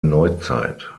neuzeit